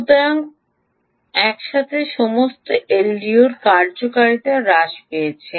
সুতরাং একসাথে সম্ভবত এলডিওর কার্যকারিতা হ্রাস পেয়েছে